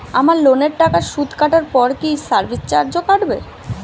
আমার লোনের টাকার সুদ কাটারপর কি সার্ভিস চার্জও কাটবে?